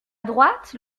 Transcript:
droite